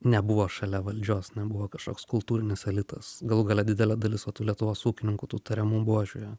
nebuvo šalia valdžios nebuvo kažkoks kultūrinis elitas galų gale didelė dalis va tų lietuvos ūkininkų tų tariamų buožių